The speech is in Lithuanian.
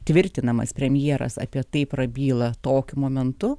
tvirtinamas premjeras apie tai prabyla tokiu momentu